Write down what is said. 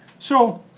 so,